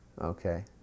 okay